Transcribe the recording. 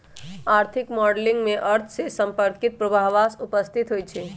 आर्थिक मॉडलिंग में अर्थ से संपर्कित पूर्वाभास उपस्थित होइ छइ